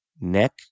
neck